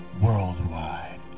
worldwide